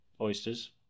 Oysters